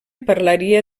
parlaria